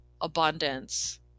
abundance